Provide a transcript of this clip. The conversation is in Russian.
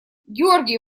георгий